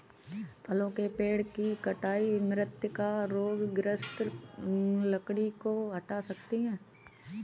फलों के पेड़ की छंटाई मृत या रोगग्रस्त लकड़ी को हटा सकती है